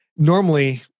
Normally